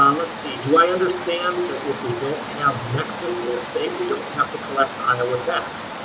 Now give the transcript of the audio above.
um let's see. do i understand that if we don't have nexus in a state, we don't have to collect iowa tax?